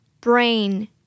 Brain